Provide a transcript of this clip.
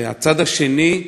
הצד השני,